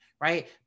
right